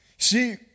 See